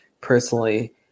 personally